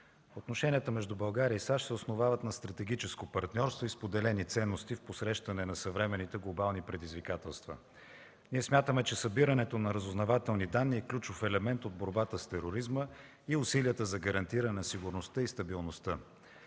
отношенията между България и САЩ се основават на стратегическо партньорство и споделени ценности в посрещане на съвременните глобални предизвикателства. Ние смятаме, че събирането на разузнавателни данни е ключов елемент от борбата с тероризма и усилията за гарантиране на сигурността и стабилността.